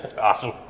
Awesome